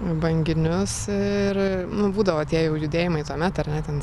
banginius ir būdavo nu tie jau judėjimai tuomet ar ne ten